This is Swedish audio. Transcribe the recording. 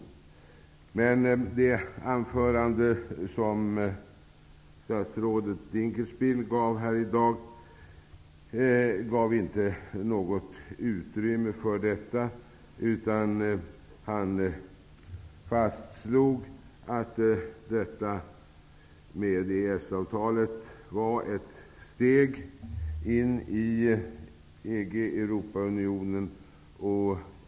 Men det anförande som statsrådet Dinkelspiel höll i dag gav inte något utrymme för detta, utan han fastslog att EES avtalet är ett steg in i EG/Europaunionen.